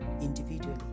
individually